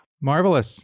Marvelous